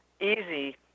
easy